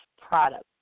product